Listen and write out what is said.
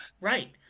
right